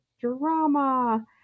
drama